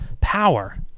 Power